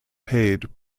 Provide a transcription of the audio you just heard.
paid